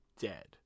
dead